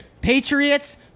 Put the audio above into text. Patriots